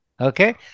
Okay